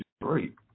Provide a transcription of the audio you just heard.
great